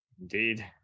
Indeed